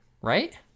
right